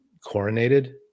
coronated